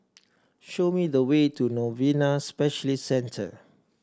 show me the way to Novena Specialist Centre